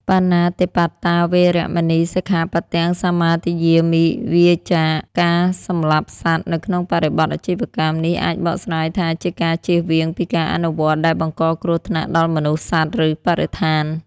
បាណាតិបាតា វេរមណី សិក្ខាបទំ សមាទិយាមិ វៀរចាកការសម្លាប់សត្វ នៅក្នុងបរិបទអាជីវកម្ម នេះអាចបកស្រាយថាជាការជៀសវាងពីការអនុវត្តដែលបង្កគ្រោះថ្នាក់ដល់មនុស្ស សត្វ ឬបរិស្ថាន។